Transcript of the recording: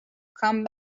come